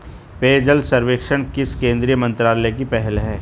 पेयजल सर्वेक्षण किस केंद्रीय मंत्रालय की पहल है?